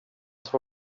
som